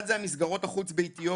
אחד זה על מסגרות החוץ ביתיות,